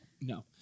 No